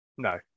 No